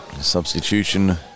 Substitution